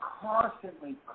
constantly